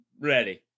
ready